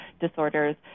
disorders